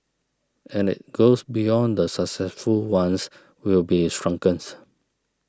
and it goes beyond the successful ones we'll be shrunken